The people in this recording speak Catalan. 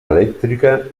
elèctrica